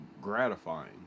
gratifying